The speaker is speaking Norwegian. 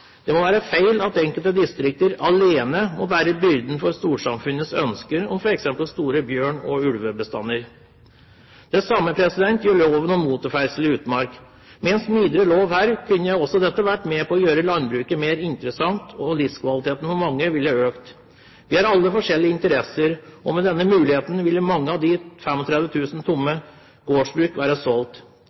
Det må være feil at enkelte distrikter alene må bære byrden for storsamfunnets ønske om f.eks. store bestander av bjørn og ulv. Det samme gjelder loven om motorferdsel i utmark. Med en smidigere lov her kunne dette ha vært med på å gjøre landbruket mer interessant, og livskvaliteten for mange ville økt. Vi har alle forskjellige interesser, og med denne muligheten ville mange av de 35 000 tomme gårdsbruk være solgt.